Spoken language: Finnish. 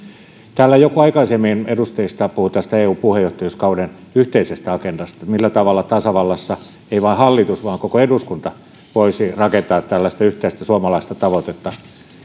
täällä aikaisemmin joku edustajista puhui tästä eu puheenjohtajuuskauden yhteisestä agendasta että millä tavalla tasavallassa ei vain hallitus vaan koko eduskunta voisi rakentaa tällaista yhteistä suomalaista tavoitetta